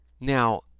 Now